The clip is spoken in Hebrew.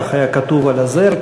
כך היה כתוב על הזר,